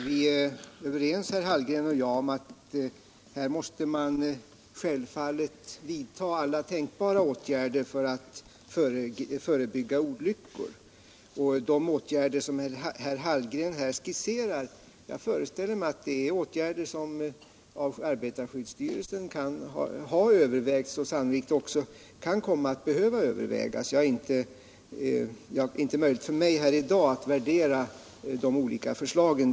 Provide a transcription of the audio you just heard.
Herr talman! Herr Hallgren och jag är överens om att man här måste vidta alla tänkbara åtgärder för att förebygga olyckor. Jag föreställer mig att de åtgärder som herr Hallgren här skisserade har övervägts eller kommer att övervägas av arbetarskyddsstyrelsen. Det är inte möjligt för mig att här i dag värdera de olika slagen.